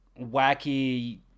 wacky